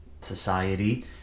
society